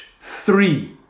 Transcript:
three